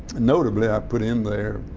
notably i put in there,